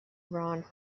ron